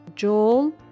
Joel